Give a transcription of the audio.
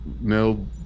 no